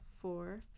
four